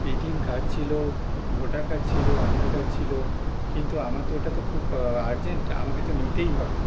ATM card ছিল voter card ছিল Aadhaar card ছিল কিন্তু আমার তো ওটা তো খুব আর্জেন্ট আমাকে তো নিতেই হবে